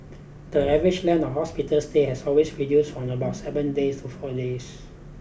the average length of hospital stay has always reduced from about seven days to four days